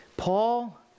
Paul